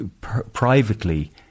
privately